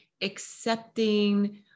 accepting